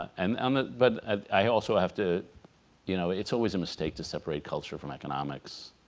and um ah but i also have to you know it's always a mistake to separate culture from economics.